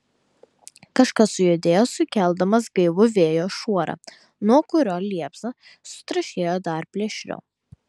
kažkas sujudėjo sukeldamas gaivų vėjo šuorą nuo kurio liepsna sutraškėjo dar plėšriau